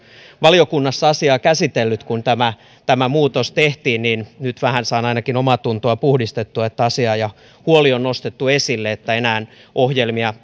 valiokunnassa asiaa käsitellyt kun tämä tämä muutos tehtiin niin nyt ainakin vähän saan omaatuntoa puhdistettua kun asia ja huoli on nostettu esille että enää ohjelmia